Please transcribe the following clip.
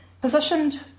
positioned